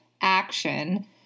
action